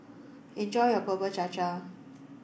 enjoy your Bubur Cha Cha